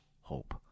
hope